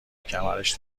کمرش